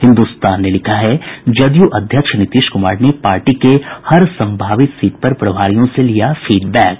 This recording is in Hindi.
हिन्दुस्तान ने लिखा है जदयू अध्यक्ष नीतीश कुमार ने पार्टी के हर सम्भावित सीट पर प्रभारियों से लिया फीडबैक